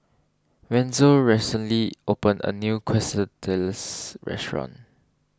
Wenzel recently opened a new Quesadillas restaurant